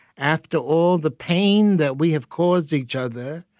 after all the pain that we have caused each other,